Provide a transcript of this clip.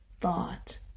thought